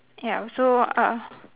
ya so uh